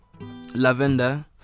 Lavender